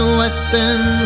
western